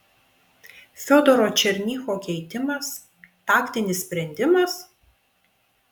fiodoro černycho keitimas taktinis sprendimas